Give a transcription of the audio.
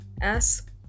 ask